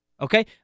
Okay